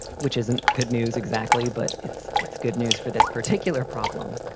which isn't good news exactly. but it's it's good news for this particular problem.